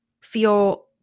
feel